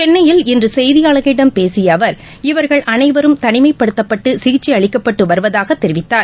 சென்னையில் இன்று செய்தியாளர்களிடம் பேசிய அவர் இவர்கள் அனைவரும் தனிமைப்படுத்தப்பட்டு சிகிச்சை அளிக்கப்பட்டு வருவதாக தெரிவித்தார்